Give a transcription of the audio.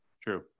True